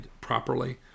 properly